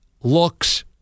looks